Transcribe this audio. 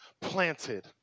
planted